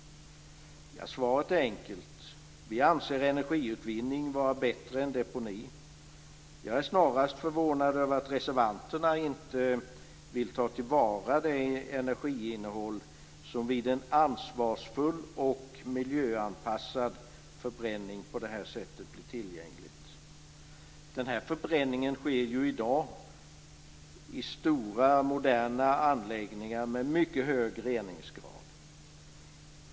Svaret är enkelt. Vi anser att energiutvinning är bättre än deponi. Jag är snarast förvånad över att reservanterna inte vill ta till vara det energiinnehåll som blir tillgängligt vid en ansvarsfull och miljöanpassad förbränning. Den här förbränningen sker ju i dag i stora moderna anläggningar med mycket hög reningsgrad.